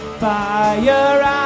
fire